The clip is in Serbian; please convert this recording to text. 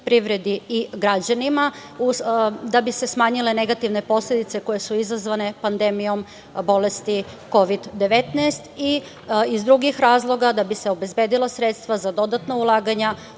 privredi i građanima da bi se smanjile negativne posledice koje su izazvane pandemijom bolesti Kovid 19 i iz drugih razloga, da bi se obezbedila sredstva za dodatna ulaganja